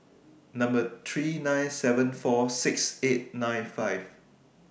Number three nine seven four six eight nine five